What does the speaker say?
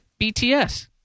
BTS